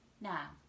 Now